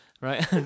right